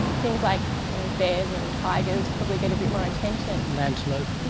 things like you know bears and tigers probably get a bit more attention. and antelope.